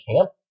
camp